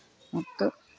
ಮತ್ತು